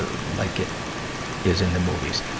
ah like it is in the movies.